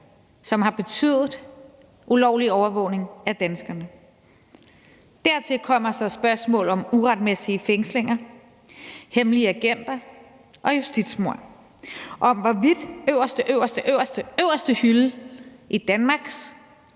som har betydet ulovlig overvågning af danskerne. Dertil kommer så spørgsmål om uretmæssige fængslinger, hemmelige agenter og justitsmord. Og hvordan den allerallerøverste hylde i Danmarks